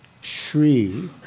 Shri